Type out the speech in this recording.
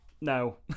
No